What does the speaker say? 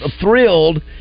thrilled